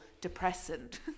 depressant